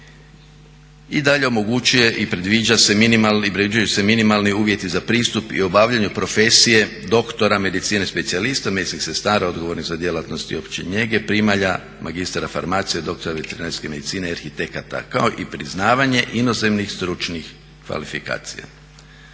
i dalje omogućuje i predviđa i određuju se minimalni uvjeti za pristup i obavljanju profesije doktora medicine specijalista, medicinskih sestara odgovornih za djelatnost i opće njege, primalja, magistra farmacije, doktora veterinarske medicine, arhitekata kao i priznavanje inozemnih stručnih kvalifikacija.